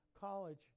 college